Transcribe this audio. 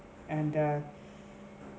and the